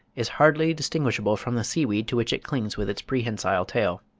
is hardly distinguishable from the sea-weed to which it clings with its prehensile tail.